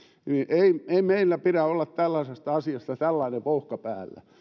ei ei meillä pidä olla tällaisesta asiasta tällainen vouhka päällä